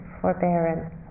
forbearance